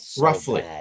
roughly